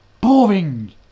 boring